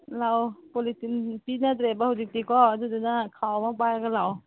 ꯂꯥꯛꯑꯣ ꯄꯣꯂꯤꯊꯤꯟ ꯄꯤꯅꯗ꯭ꯔꯦꯕ ꯍꯧꯖꯤꯛꯇꯤꯀꯣ ꯑꯗꯨꯅ ꯈꯥꯎ ꯑꯃ ꯄꯥꯏꯔꯒ ꯂꯥꯛꯑꯣ